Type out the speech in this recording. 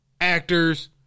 actors